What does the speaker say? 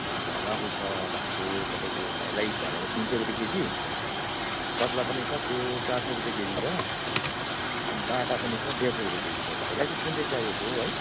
अन्त रहु छ भाइको तपाईँको भाइलाई भनेर तिन सय रुपियाँ केजी कत्ला पनि छ त्यो चार सय रुपियाँ केजी छ बाटा पनि छ डेढ सय रुपियाँ केजी छ भाइलाई चाहिँ कुन चाहिँ चाहिएको हो है